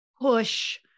push